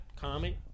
comment